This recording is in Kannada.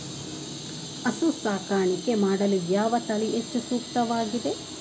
ಹಸು ಸಾಕಾಣಿಕೆ ಮಾಡಲು ಯಾವ ತಳಿ ಹೆಚ್ಚು ಸೂಕ್ತವಾಗಿವೆ?